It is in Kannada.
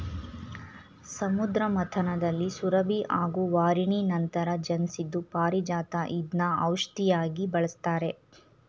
ಸಮುದ್ರ ಮಥನದಲ್ಲಿ ಸುರಭಿ ಹಾಗೂ ವಾರಿಣಿ ನಂತರ ಜನ್ಸಿದ್ದು ಪಾರಿಜಾತ ಇದ್ನ ಔಷ್ಧಿಯಾಗಿ ಬಳಸ್ತಾರೆ